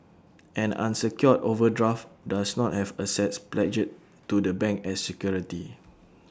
an unsecured overdraft does not have assets pledged to the bank as security